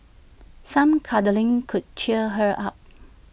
some cuddling could cheer her up